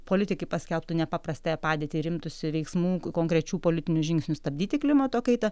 politikai paskelbtų nepaprastąją padėtį ir imtųsi veiksmų konkrečių politinių žingsnių stabdyti klimato kaitą